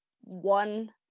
one